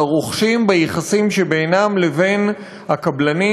הרוכשים ביחסים שבינם לבין הקבלנים.